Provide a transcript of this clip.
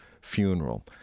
funeral